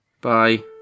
Bye